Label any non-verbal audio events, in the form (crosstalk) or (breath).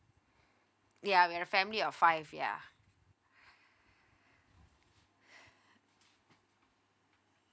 ya we are a family of five ya (breath)